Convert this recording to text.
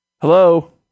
Hello